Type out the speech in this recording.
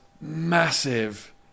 massive